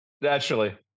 naturally